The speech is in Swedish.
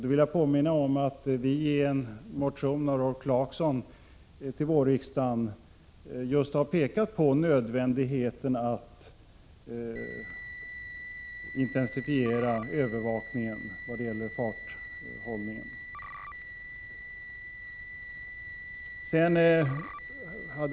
Jag vill påminna om att vi i en motion av Rolf Clarkson till vårriksdagen pekar på just nödvändigheten av att intensifiera övervakningen av farthållningen.